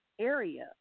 area